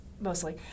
mostly